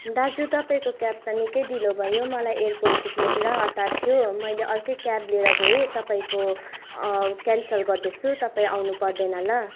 दाजु तपाईँको क्याब त निकै ढिलो भयो मलाई एयरपोर्ट पुग्नु पुरा हतार थियो मैले अर्कै क्याब लिएर गएँ तपाईँको क्यान्सल गर्दैछु तपाईँ आउनु पर्दैन ल